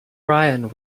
ryan